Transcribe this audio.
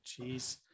Jeez